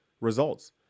results